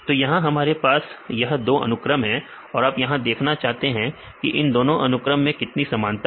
तो यहां हमारे पास यह दो अनुक्रम है और आप यह देखना चाहते हैं कि इन दोनों अनुक्रम में कितनी समानता है